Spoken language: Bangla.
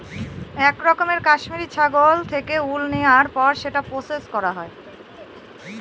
এক রকমের কাশ্মিরী ছাগল থেকে উল নেওয়ার পর সেটা প্রসেস করা হয়